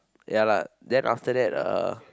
ya lah then after that uh